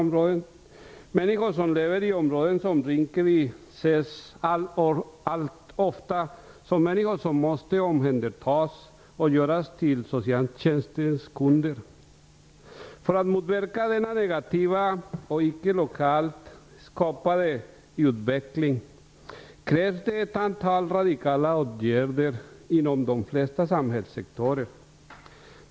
Människor som lever i områden som Rinkeby ses alltför ofta som människor som måste omhändertas och göras till socialtjänstens kunder. För att motverka denna negativa och icke lokalt skapade utveckling krävs det ett antal radikala åtgärder inom de flesta samhällssektorer.